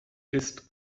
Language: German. ist